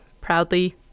proudly